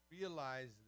realize